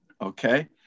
Okay